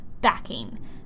backing